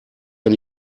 ein